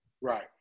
Right